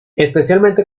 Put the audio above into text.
especialmente